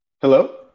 Hello